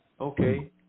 okay